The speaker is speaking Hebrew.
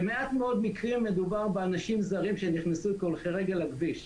במעט מאוד מקרים מדובר באנשים זרים שנכנסו כהולכי רגל לכביש,